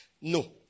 No